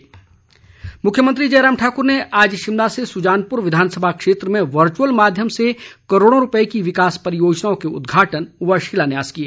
जयराम मुख्यमंत्री जयराम ठाकर ने आज शिमला से सुजानपुर विधानसभा क्षेत्र में वर्चअल माध्यम से करोड़ों रूपए की विकास परियोजनाओं के उद्घाटन व शिलान्यास किए